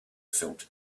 felt